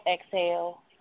Exhale